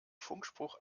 funkspruch